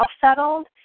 settled